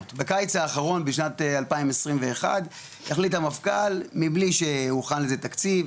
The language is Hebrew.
בקיץ האחרון בשנת 2021 החליט המפכ"ל מבלי שהוכן לזה תקציב,